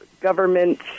government